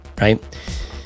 Right